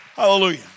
Hallelujah